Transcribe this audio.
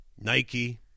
Nike